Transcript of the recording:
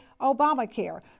Obamacare